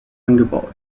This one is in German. angebaut